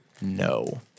No